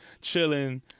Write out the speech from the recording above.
chilling